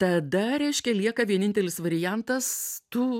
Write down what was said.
tada reiškia lieka vienintelis variantas tu